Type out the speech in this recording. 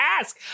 ask